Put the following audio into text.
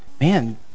Man